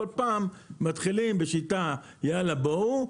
כל פעם מתחילים בשיטה של "יאללה בואו",